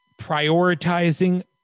prioritizing